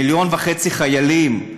מיליון וחצי חיילים,